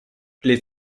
les